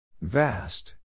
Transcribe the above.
Vast